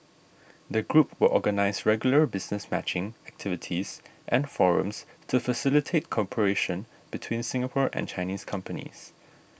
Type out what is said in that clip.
the group will organise regular business matching activities and forums to facilitate cooperation between Singapore and Chinese companies